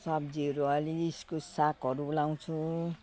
सब्जीहरू अलि इस्कुस सागहरू लगाउँछु